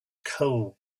cold